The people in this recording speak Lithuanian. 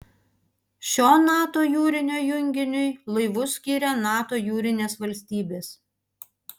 šio nato jūrinio junginiui laivus skiria nato jūrinės valstybės